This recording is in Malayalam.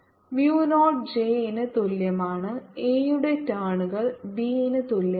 mu നോട്ട് j ന് തുല്യമാണ് A യുടെ ടേണുകൾ B ന് തുല്യമാണ്